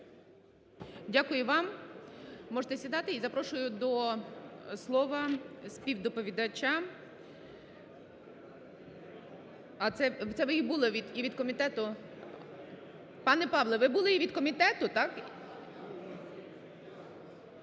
Дякую вам. Можете сідати. І запрошую до слова співдоповідача… А, це ви й були і від комітету? Пане Павле, ви були і від комітету, так?